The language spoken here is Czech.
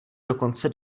dokonce